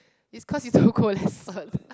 it's cause you don't go lesson